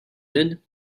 did